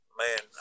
man